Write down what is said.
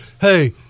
hey